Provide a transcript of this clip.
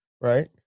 right